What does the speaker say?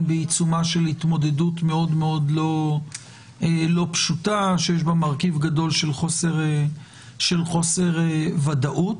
בעיצומה של התמודדות מאוד-מאוד לא פשוטה שיש בה מרכיב גדול של חוסר ודאות.